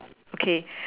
okay